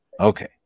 Okay